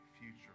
future